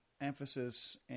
emphasis